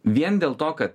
vien dėl to kad